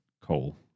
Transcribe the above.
coal